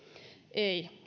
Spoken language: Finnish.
ei